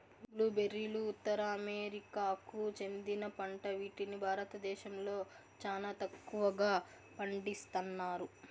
blue బెర్రీలు ఉత్తర అమెరికాకు చెందిన పంట వీటిని భారతదేశంలో చానా తక్కువగా పండిస్తన్నారు